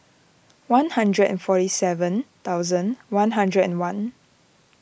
one hundred and forty seven thousand one hundred and one